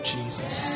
Jesus